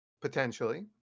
potentially